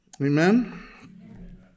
Amen